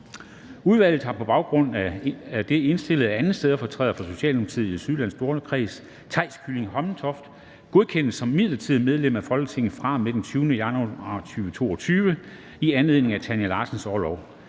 Udvalget har på den baggrund indstillet, at 2. stedfortræder for Socialdemokratiet i Sydjyllands Storkreds, Theis Kylling Hommeltoft, godkendes som midlertidigt medlem af Folketinget fra og med den 20. januar 2022 i anledning af Tanja Larssons orlov.